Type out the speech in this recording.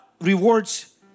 rewards